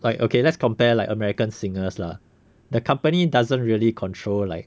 like okay let's compare like american singers lah the company doesn't really control like